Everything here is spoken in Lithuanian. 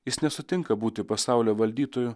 jis nesutinka būti pasaulio valdytoju